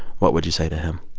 what would you say to him?